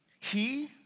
he,